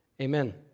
Amen